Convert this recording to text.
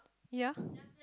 ya